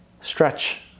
stretch